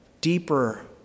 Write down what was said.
deeper